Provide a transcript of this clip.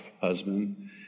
husband